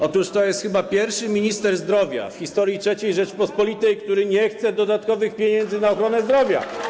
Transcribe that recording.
Otóż to jest chyba pierwszy minister zdrowia w historii III Rzeczypospolitej, który nie chce dodatkowych pieniędzy na ochronę zdrowia.